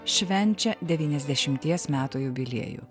švenčia devyniasdešimties metų jubiliejų